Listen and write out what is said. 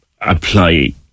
apply